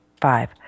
five